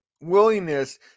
willingness